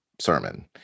sermon